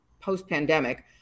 post-pandemic